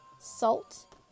salt